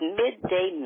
midday